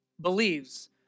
Believes